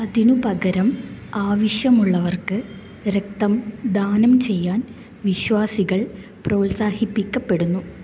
അതിനുപകരം ആവശ്യമുള്ളവർക്ക് രക്തം ദാനം ചെയ്യാൻ വിശ്വാസികൾ പ്രോത്സാഹിപ്പിക്കപ്പെടുന്നു